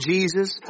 Jesus